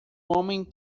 homem